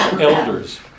elders